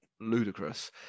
ludicrous